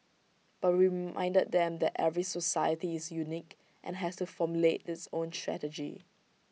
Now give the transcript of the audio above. but we reminded them that every society is unique and has to formulate its own strategy